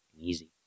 Easy